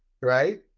Right